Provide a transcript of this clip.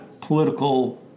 political